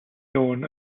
known